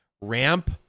ramp